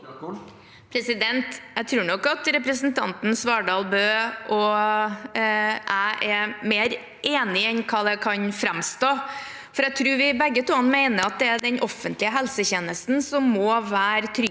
Jeg tror nok at representanten Svardal Bøe og jeg er mer enige enn hva det kan framstå som. Jeg tror vi begge mener at det er den offentlige helsetjenesten som må være tryggheten